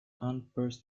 unpursed